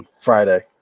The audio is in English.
friday